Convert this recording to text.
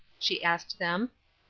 she asked them.